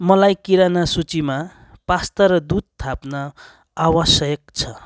मलाई किराना सूचीमा पास्ता र दुध थाप्न आवश्यक छ